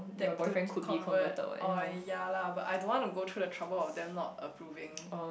that to convert or ya lah but I don't want to go through the trouble of them not approving